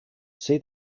see